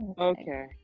Okay